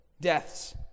deaths